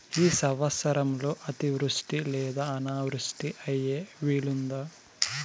ఈ సంవత్సరంలో అతివృష్టి లేదా అనావృష్టి అయ్యే వీలుందా?